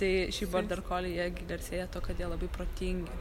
tai šiaip borderkoliai jie gi garsėja tuo kad jie labai protingi